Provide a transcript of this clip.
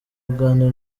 uganda